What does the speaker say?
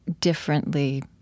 differently